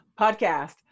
podcast